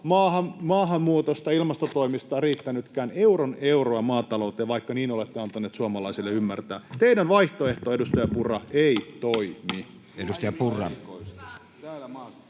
maahanmuutosta tai ilmastotoimista riittänytkään euron euroa maatalouteen, vaikka niin olette antaneet suomalaisten ymmärtää. Teidän vaihtoehtonne, edustaja Purra, ei